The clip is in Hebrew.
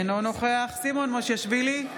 אינו נוכח סימון מושיאשוילי,